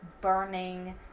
burning